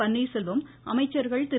பன்னீர்செல்வம் அமைச்சர்கள் திரு